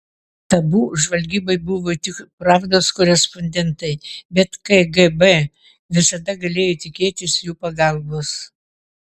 tabu žvalgybai buvo tik pravdos korespondentai bet kgb visada galėjo tikėtis jų pagalbos